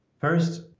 First